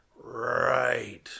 Right